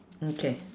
okay